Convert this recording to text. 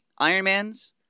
Ironmans